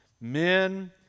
men